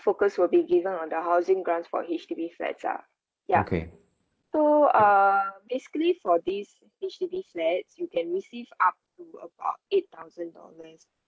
focus will being given on the housing grants for H_D_B flats ah ya so err basically for these H_D_B flats you can receive up to about eight thousand dollars